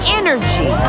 energy